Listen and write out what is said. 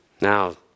Now